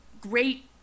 great